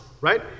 right